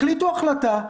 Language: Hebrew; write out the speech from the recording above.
החליטו החלטה,